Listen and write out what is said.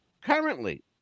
currently